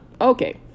Okay